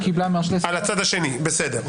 אה, לצד השני, בסדר.